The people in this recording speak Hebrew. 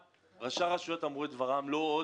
ראשי הרשויות אמרו את דברם: לא עוד,